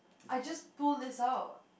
I just pull this out